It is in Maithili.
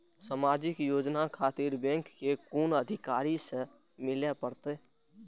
समाजिक योजना खातिर बैंक के कुन अधिकारी स मिले परतें?